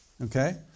Okay